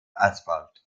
asphalt